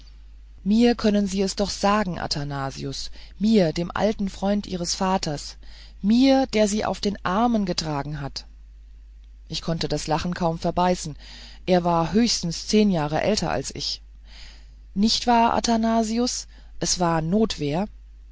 mir können sie es doch sagen athanasius mir dem alten freund ihres vaters mir der sie auf den armen getragen hat ich konnte das lachen kaum verbeißen er war höchstens zehn jahre älter als ich nicht wahr athanasius es war notwehr